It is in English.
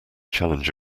challenge